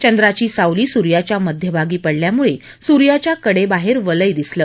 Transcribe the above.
चंद्राची सावली सूर्याच्या मध्यभागी पडल्यामुळे सूर्याच्या कडेबाहेर वलय दिसलं